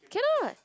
cannot